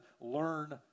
learn